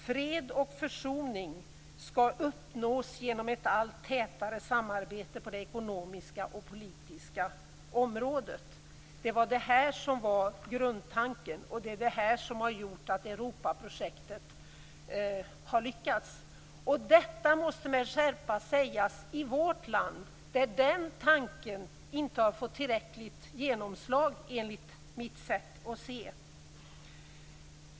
Fred och försoning skall uppnås genom ett allt tätare samarbete på det ekonomiska och politiska området. Det var det här som var grundtanken, och det är det som har gjort att Europaprojektet har lyckats. Detta måste med skärpa sägas i vårt land där den tanken inte har fått tillräckligt genomslag, enligt mitt sätt att se.